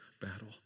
battle